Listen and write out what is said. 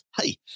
hey